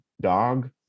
Dog